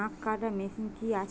আখ কাটা মেশিন কি আছে?